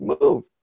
move